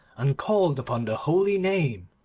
and called upon the holy name.